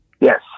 Yes